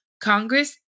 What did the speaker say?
Congress